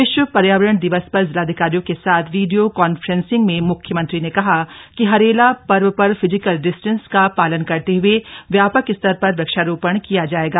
विश्व पर्यावरण दिवस पर जिलाधिकारियों के साथ वीडियो कान्फ्रेंसिंग में मुख्यमंत्री कहा कि हरेला पर्व पर फिजीकल डिस्टेंस का पालन करते हुए व्यापक स्तर पर वृक्षारोपण किया जायेगा